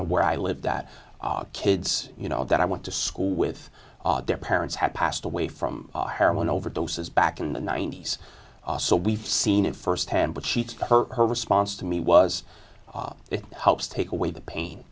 know where i live that kids you know that i went to school with their parents had passed away from heroin overdoses back in the ninety's so we've seen it firsthand but she took her response to me was it helps take away the pain